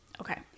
Okay